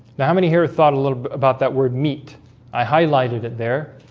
now how many here thought a little bit about that word meet i highlighted it there